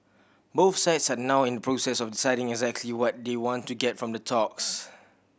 both sides are now in the process of deciding exactly what they want to get from the talks